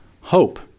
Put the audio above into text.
hope